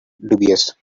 dubious